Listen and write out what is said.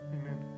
Amen